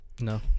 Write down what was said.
No